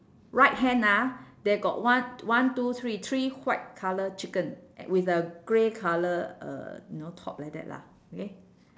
right hand ah there got one one two three three white colour chicken with a grey colour uh you know top like that lah okay